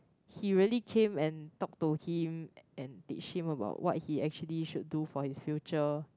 he really came and talk to him and teach him about what he actually should do for his future